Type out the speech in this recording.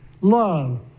Love